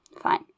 Fine